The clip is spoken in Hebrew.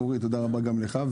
אורי, תודה רבה גם לך.